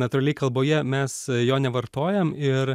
natūraliai kalboje mes jo nevartojam ir